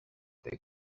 their